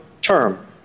term